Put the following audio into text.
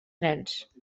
nens